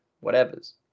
whatever's